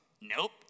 nope